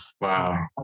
Wow